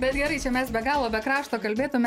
bet gerai čia mes be galo be krašto kalbėtume